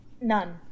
None